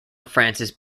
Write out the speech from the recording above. francis